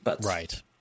Right